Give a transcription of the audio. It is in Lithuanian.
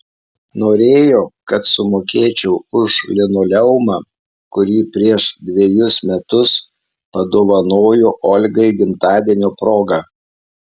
norėjo kad sumokėčiau už linoleumą kurį prieš dvejus metus padovanojo olgai gimtadienio proga